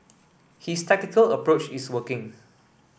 his tactical approach is working